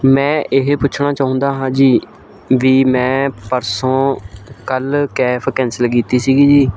ਮੈਂ ਇਹ ਪੁੱਛਣਾ ਚਾਹੁੰਦਾ ਹਾਂ ਜੀ ਵੀ ਮੈਂ ਪਰਸੋਂ ਕੱਲ੍ਹ ਕੈਬ ਕੈਂਸਲ ਕੀਤੀ ਸੀਗੀ ਜੀ